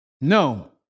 No